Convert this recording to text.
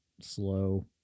slow